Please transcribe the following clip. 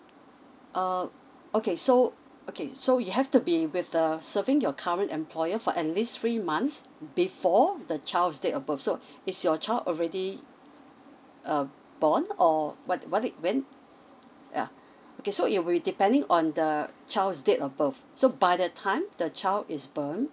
um okay so okay so you have to be with err serving your current employer for at least three months before the child's date of birth so if your child already err born or what it what it when yeah okay so it will depending on the child's date of birth so by the time the child is born